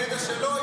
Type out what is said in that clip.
בידע שלו,